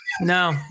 no